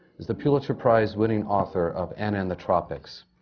is the pulitzer prize-winning author of anna in the tropics.